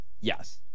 Yes